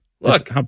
Look